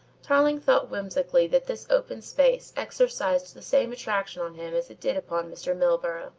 tarling thought whimsically that this open space exercised the same attraction on him as it did upon mr. milburgh.